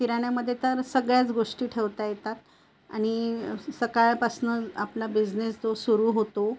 किराण्यामध्ये तर सगळ्याच गोष्टी ठेवता येतात आणि सकाळपासून आपला बिझनेस जो सुरू होतो